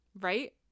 Right